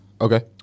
Okay